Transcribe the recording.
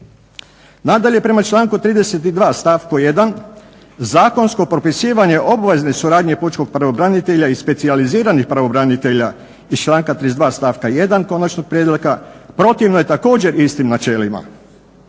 Nadalje prema članku 32. stavku 1. zakonsko propisivanje obavezne suradnje pučkog pravobranitelja i specijaliziranih pravobranitelja iz članka 32. stavku 1. konačnog prijedloga. Protivno je također istim načelima,